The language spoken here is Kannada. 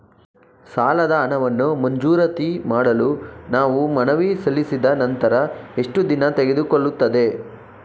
ಸಾಲದ ಹಣವನ್ನು ಮಂಜೂರಾತಿ ಮಾಡಲು ನಾವು ಮನವಿ ಸಲ್ಲಿಸಿದ ನಂತರ ಎಷ್ಟು ದಿನ ತೆಗೆದುಕೊಳ್ಳುತ್ತದೆ?